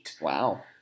Wow